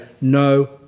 no